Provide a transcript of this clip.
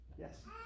Yes